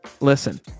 Listen